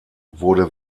wurde